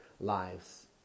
lives